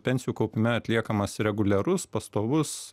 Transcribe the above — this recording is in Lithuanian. pensijų kaupime atliekamas reguliarus pastovus